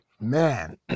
Man